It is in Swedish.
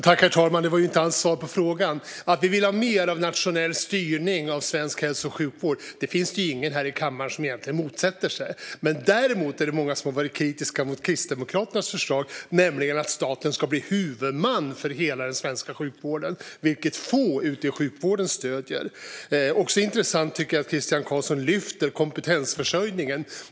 Herr talman! Det var inte alls svar på frågan. Mer nationell styrning av svensk hälso och sjukvård är det ingen här i kammaren som egentligen motsätter sig. Däremot är det många som har varit kritiska mot Kristdemokraternas förslag, nämligen att staten ska bli huvudman för hela den svenska sjukvården. Det är det få ute i sjukvården som stöder. Det är också intressant, tycker jag, att Christian Carlsson lyfter kompetensförsörjningen.